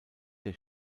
der